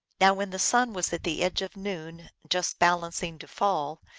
now when the sun was at the edge of noon, just balancing to fall,